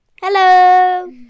Hello